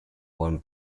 one